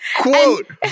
Quote